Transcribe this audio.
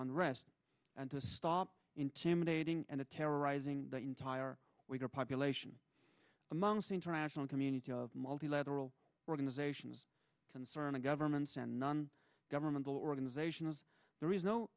on rest and to stop intimidating and the terrorizing the entire population amongst the international community of multilateral organizations concerning governments and non governmental organizations there is no